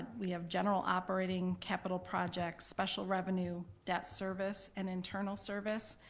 we have general operating, capital projects, special revenue, debt service, and internal service.